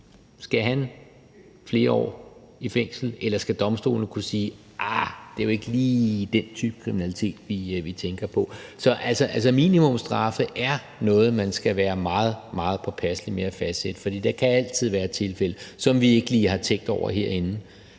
Skal han flere år i fængsel, eller skal domstolene kunne sige, at ah, det er jo ikke lige den type kriminalitet, vi tænker på? Så minimumsstraffe er altså noget, man skal være meget, meget påpasselig med at fastsætte, for der kan altid være et tilfælde, som vi ikke lige har tænkt over herinde,